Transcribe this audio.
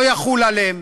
לא יחול עליהם.